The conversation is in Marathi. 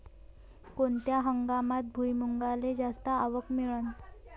कोनत्या हंगामात भुईमुंगाले जास्त आवक मिळन?